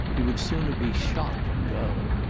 he would sooner be shot than go.